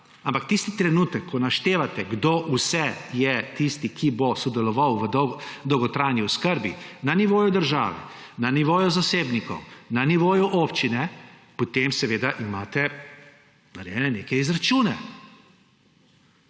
Ampak tisti trenutek, ko naštevate, kdo vse je tisti, ki bo sodeloval v dolgotrajni oskrbi na nivoju države, na nivoju zasebnikov, na nivoju občine, potem seveda imate narejene neke izračune.